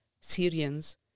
Syrians